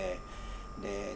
there